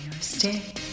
stay